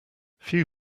few